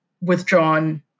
withdrawn